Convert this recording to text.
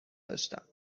داشتم